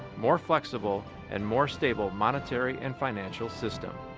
more flexible, and more stable monetary and financial system.